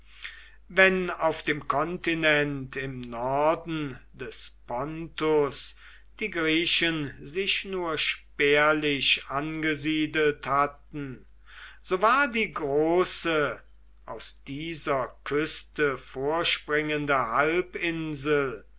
wenn auf dem kontinent im norden des pontus die griechen sich nur spärlich angesiedelt hatten so war die große aus dieser küste vorspringende halbinsel